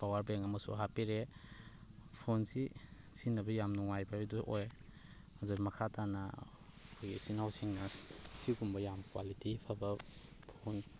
power ꯕꯦꯡ ꯑꯃꯁꯨ ꯍꯥꯞꯄꯤꯔꯛꯑꯦ ꯐꯣꯟꯁꯤ ꯁꯤꯖꯤꯟꯅꯕ ꯌꯥꯝ ꯅꯨꯡꯉꯥꯏꯕ ꯍꯥꯏꯗꯨ ꯑꯣꯏ ꯑꯗꯨꯅ ꯃꯈꯥ ꯇꯥꯅ ꯑꯩꯈꯣꯏꯒꯤ ꯏꯆꯤꯜ ꯏꯅꯥꯎꯁꯤꯡꯅ ꯁꯤꯒꯨꯝꯕ ꯌꯥꯝ ꯀ꯭ꯋꯥꯂꯤꯇꯤ ꯐꯕ ꯐꯣꯟ